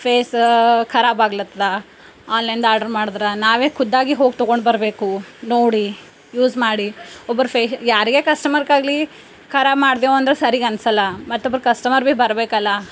face ಖರಾಬು ಆಗ್ಲತ್ತದೆ ಆನ್ಲೈನ್ದು ಆರ್ಡ್ರ್ ಮಾಡ್ದ್ರೆ ನಾವೇ ಖುದ್ದಾಗಿ ಹೋಗಿ ತೊಗೊಂಡ್ಬರಬೇಕು ನೋಡಿ ಯೂಸ್ ಮಾಡಿ ಒಬ್ರ ಫೇ ಯಾರಿಗೆ ಕಸ್ಟಮರ್ಗಾಗ್ಲಿ ಖರಾಬು ಮಾಡ್ದೇವಂದ್ರೆ ಸರಿಗೆ ಅನ್ಸೋಲ್ಲ ಮತ್ತೊಬ್ರು ಕಸ್ಟಮರ್ ಭೀ ಬರಬೇಕಲ್ಲ